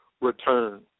return